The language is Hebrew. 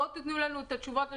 תנו לנו את התשובות לשאלות,